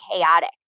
chaotic